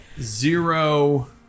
zero